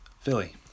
Philly